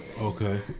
Okay